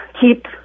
keep